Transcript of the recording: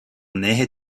nähe